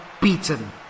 beaten